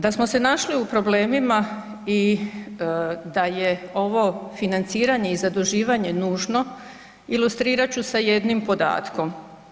Da smo se našli u problemima i da je ovo financiranje i zaduživanje nužno ilustrirat ću sa jednim podatkom.